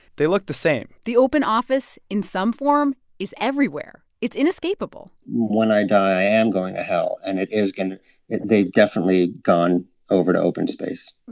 they look the same the open office in some form is everywhere. it's inescapable when i die, i am going to ah hell. and it is going they've definitely gone over to open space.